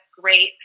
great